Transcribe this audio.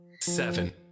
seven